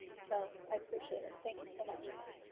so i appreciate it. thank you so much, sir.